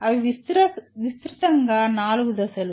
అవి విస్తృతంగా 4 దశలు